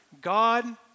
God